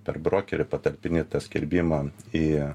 per brokerį patalpini skelbimą į